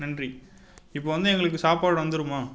நன்றி இப்போ வந்து எங்களுக்கு சாப்பாடு வந்துடுமா